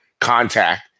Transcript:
contact